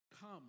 Come